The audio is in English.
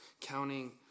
Counting